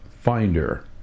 finder